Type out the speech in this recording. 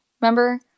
Remember